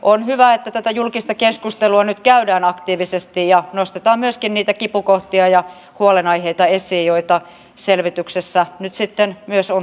on hyvä että tätä julkista keskustelua nyt käydään aktiivisesti ja nostetaan esiin myöskin niitä kipukohtia ja huolenaiheita joita selvityksessä nyt sitten myös on tullut esiin